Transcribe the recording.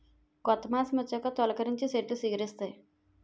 కొత్త మాసమొచ్చాక తొలికరించి సెట్లు సిగిరిస్తాయి